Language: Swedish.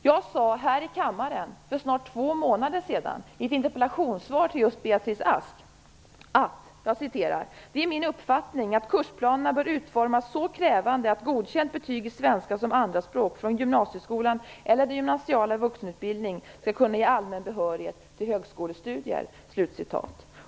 Jag sade här i kammaren för snart två månader sedan i ett frågesvar till just Beatrice Ask: "Det är min uppfattning att kursplanerna i svenska som andraspråk bör utformas så krävande att godkänt betyg i svenska som andraspråk från gymnasieskolan eller den gymnasiala vuxenutbildningen skall kunna ge allmän behörighet till högskolestudier."